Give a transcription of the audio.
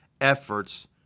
efforts